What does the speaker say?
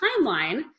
timeline